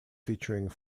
featuring